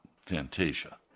Fantasia